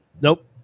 Nope